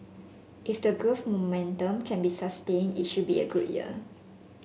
if the growth momentum can be sustained it should be a good year